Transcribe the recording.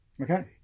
Okay